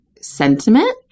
sentiment